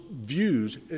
views